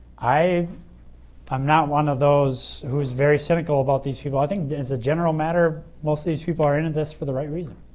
i am not one of those who is very cynical about these people. i think as a general matter, most of these people are in and this for the right reason.